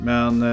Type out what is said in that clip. Men